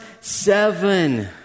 seven